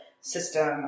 system